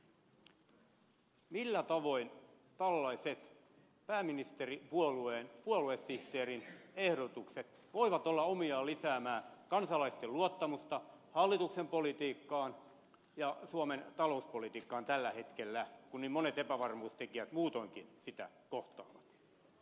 arvoisa pääministeri millä tavoin tällaiset pääministeripuolueen puoluesihteerin ehdotukset voivat olla omiaan lisäämään kansalaisten luottamusta hallituksen politiikkaan ja suomen talouspolitiikkaan tällä hetkellä kun niin monet epävarmuustekijät muutoinkin sitä kohtaavat